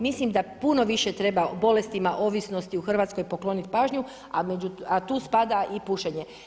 Mislim da puno više treba o bolestima ovisnosti u Hrvatskoj pokloniti pažnju, a tu spada i pušenje.